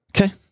Okay